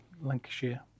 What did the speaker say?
Lancashire